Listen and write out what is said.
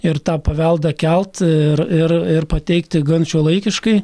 ir tą paveldą kelt ir ir ir pateikti gan šiuolaikiškai